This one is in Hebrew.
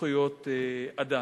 בזכויות אדם.